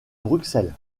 bruxelles